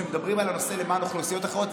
שמדברים על הנושא למען אוכלוסיות אחרות,